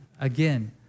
Again